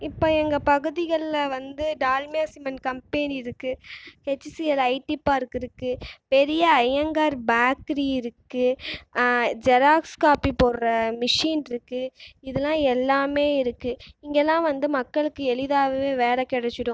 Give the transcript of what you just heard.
இப்போ எங்கள் பகுதிகளில் வந்து டால்மியா சிமெண்ட் கம்பேனி இருக்குது ஹச்சிஎல் ஐடி பார்க் இருக்குது பெரிய ஐயங்கார் பேக்கரி இருக்குது ஜெராக்ஸ் காப்பி போடுற மெஷின் இருக்குது இதலாம் எல்லாமே இருக்குது இங்கேலாம் வந்து மக்களுக்கு எளிதாகவே வேலை கிடைத்திடும்